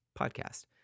podcast